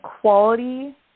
quality